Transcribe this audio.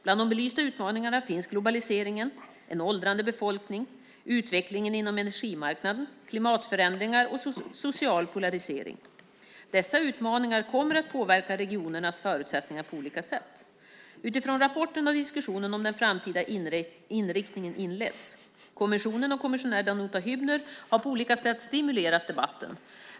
Bland de belysta utmaningarna finns globaliseringen, en åldrande befolkning, utvecklingen inom energimarknaden, klimatförändringar och social polarisering. Dessa utmaningar kommer att påverka regionernas förutsättningar på olika sätt. Utifrån rapporten har diskussionen om den framtida inriktningen inletts. Kommissionen och kommissionär Danuta Hübner har på olika sätt stimulerat debatten.